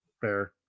Fair